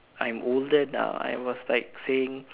I'm older now I was like saying